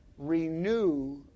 renew